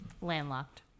Landlocked